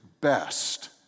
best